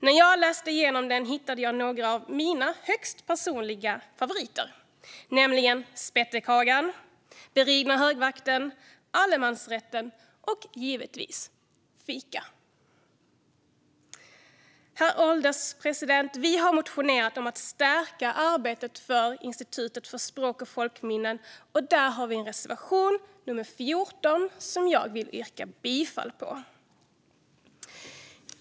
När jag läste igenom den hittade jag några av mina högst personliga favoriter, nämligen spettekakan, den beridna högvakten, allemansrätten och givetvis fika. Herr ålderspresident! Vi har motionerat om att stärka arbetet vid Institutet för språk och folkminnen. Där har vi en reservation, nummer 14, som jag vill yrka bifall till.